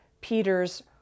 Peter's